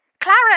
Clara